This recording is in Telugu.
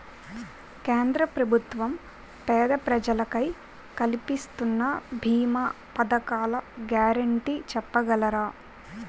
కేంద్ర ప్రభుత్వం పేద ప్రజలకై కలిపిస్తున్న భీమా పథకాల గ్యారంటీ చెప్పగలరా?